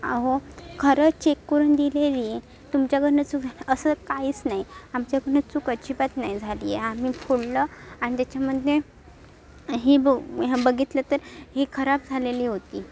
अहो खरं चेक करून दिलेली आहे तुमच्याकडनं सुद्धा असं काहीच नाही आमच्याकडनं चूक अजिबात नाही झाली आहे आम्ही फोडलं आणि त्याच्यामध्ये हि बं हे बघितलं तर ही खराब झालेली होती